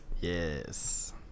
Yes